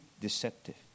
deceptive